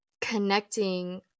connecting